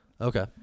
Okay